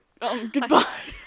Goodbye